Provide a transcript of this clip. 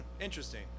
interesting